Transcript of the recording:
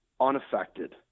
unaffected